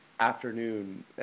afternoon